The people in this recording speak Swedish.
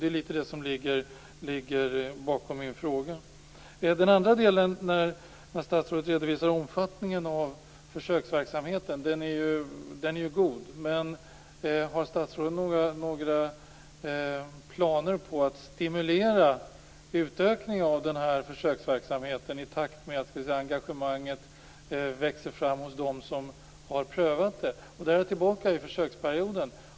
Det är delvis detta som ligger bakom min interpellation. Statsrådet redovisade omfattningen av försöksverksamheten. Den är god. Men har statsrådet några planer på att stimulera en utökning av denna försöksverksamhet i takt med att engagemanget växer fram hos dem som har prövat detta? Där är jag tillbaka i försöksperioden.